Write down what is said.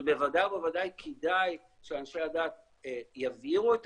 אבל בוודאי ובוודאי כדאי שאנשי הדת יבהירו את